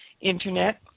internet